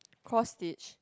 cross stitch